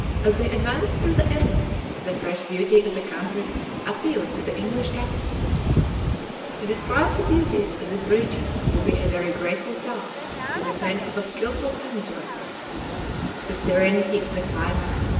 as they advanced through the inlet, the fresh beauty of the country appealed to the english captain to describe the beauties of this region will be a very grateful task to the pen of a skilful panegyrist the serenity of the climate,